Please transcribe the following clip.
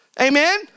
Amen